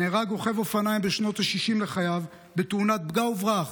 נהרג רוכב אופניים בשנות ה-60 לחייו בתאונת פגע וברח,